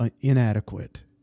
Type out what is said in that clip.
inadequate